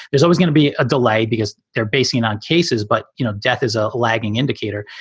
there's always going to be a delay because they're basing and on cases. but, you know, death is a lagging indicator.